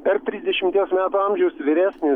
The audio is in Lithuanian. per trisdešimties metų amžiaus vyresnis